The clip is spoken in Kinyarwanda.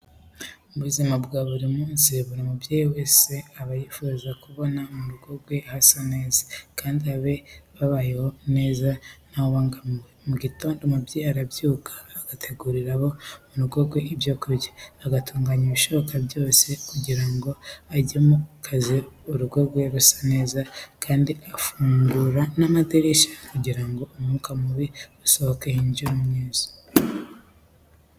Mu buzima bwa buri munsi buri mubyeyi wes aba yifuza kubona mu rugo rwe hasa neza kandi n'abe babayeho neza ntawubangamiwe. Mu gitondo umubyeyi arabyuka agategurira abo mu rugo rwe ibyo kurya, agatunganya ibishoboka byose kugira ngo ajye mu kazi urugo rwe rusa neza kandi agafungura n'amadirishya kugira ngo umwuka mubi usohoke hinjire umwiza.